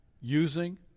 using